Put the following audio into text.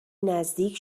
نزدیک